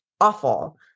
awful